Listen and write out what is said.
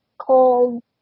cold